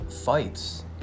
Fights